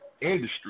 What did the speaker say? industry